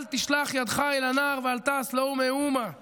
תשלח ידך אל הנער ואל תעש לו מאומה";